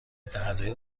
غذایی